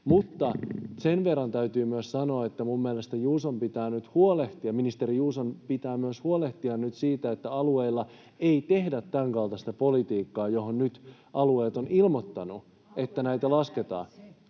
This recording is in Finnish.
Mutta sen verran täytyy myös sanoa, että minun mielestäni ministeri Juuson pitää myös huolehtia nyt siitä, että alueilla ei tehdä tämänkaltaista politiikkaa, josta nyt alueet ovat ilmoittaneet, että näitä lasketaan.